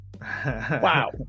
Wow